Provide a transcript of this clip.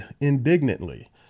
indignantly